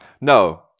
No